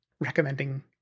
recommending